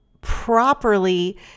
properly